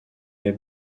est